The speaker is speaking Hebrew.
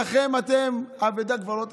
לכם האבדה כבר לא תחזור,